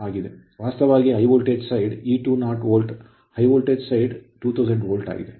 ವಾಸ್ತವವಾಗಿ High Voltage side high voltage side E20volt volt High voltage side high voltage side 2000 volt ಆಗಿದೆ